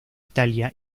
italia